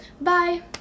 bye